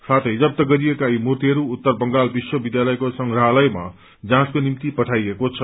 साथै जफ्त गरिएका यी मूर्तिहरू उत्तर बंगाल विश्वविध्यालयको संप्रहालयमा जाँचको निम्ति पठाइएको छ